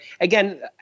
again